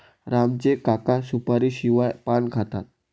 राम चे काका सुपारीशिवाय पान खातात